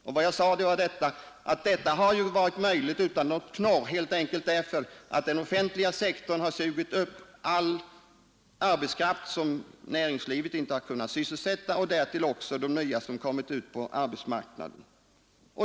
Jag sade att den här utvecklingen har varit möjlig utan något knorr helt enkelt därför att den offentliga sektorn sugit upp all arbetskraft som näringslivet inte har kunnat sysselsätta och därtill också de nya som kommit ut på arbetsmarknaden.